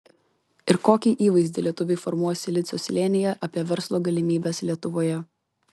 ir kokį įvaizdį lietuviai formuos silicio slėnyje apie verslo galimybes lietuvoje